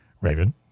Raven